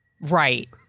Right